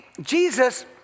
Jesus